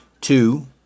two